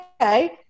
okay